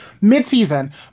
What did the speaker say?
Mid-season